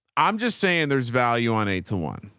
i'm just saying there's value on eight to one.